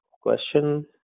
question